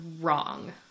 wrong